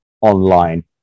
online